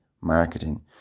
marketing